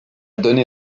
donné